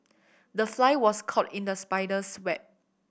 the fly was caught in the spider's web